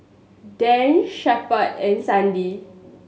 Dan Shepherd and Sandi